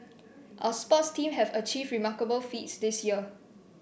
our sports team have achieved remarkable feats this year